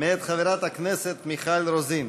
מאת חברת הכנסת מיכל רוזין.